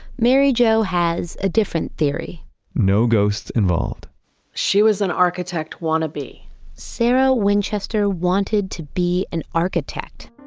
mary jo has a different theory no ghosts involved she was an architect wannabe sarah winchester wanted to be an architect.